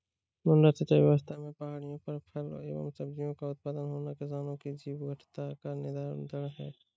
मड्डा सिंचाई व्यवस्था से पहाड़ियों पर फल एवं सब्जियों का उत्पादन होना किसानों की जीवटता का निदर्शन है